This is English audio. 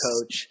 coach